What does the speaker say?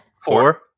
Four